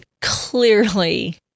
clearly